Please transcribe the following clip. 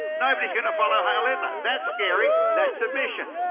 nobody's going to follow heil hitler. that's scary, that's submission.